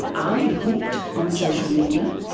are we hooked on social media?